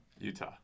Utah